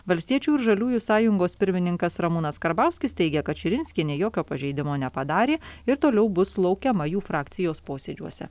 valstiečių ir žaliųjų sąjungos pirmininkas ramūnas karbauskis teigia kad širinskienė jokio pažeidimo nepadarė ir toliau bus laukiama jų frakcijos posėdžiuose